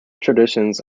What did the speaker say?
traditions